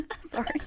Sorry